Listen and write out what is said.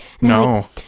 no